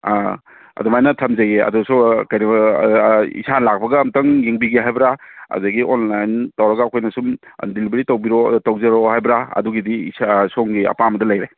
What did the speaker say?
ꯑꯗꯨꯃꯥꯏꯅ ꯊꯝꯖꯩꯌꯦ ꯑꯗꯨꯁꯨ ꯏꯁꯥ ꯂꯥꯛꯄꯒ ꯑꯝꯇꯪ ꯌꯦꯡꯕꯤꯒꯦ ꯍꯥꯏꯕ꯭ꯔꯥ ꯑꯗꯒꯤ ꯑꯣꯟꯂꯥꯏꯟ ꯇꯧꯔꯒ ꯑꯩꯈꯣꯏꯅꯁꯨꯝ ꯗꯦꯂꯤꯕꯔꯤ ꯇꯧꯖꯔꯛꯑꯣ ꯍꯥꯏꯕ꯭ꯔꯥ ꯑꯗꯨꯒꯤꯗꯤ ꯁꯣꯝꯒꯤ ꯑꯄꯥꯝꯕꯗ ꯂꯩꯔꯦ